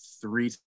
three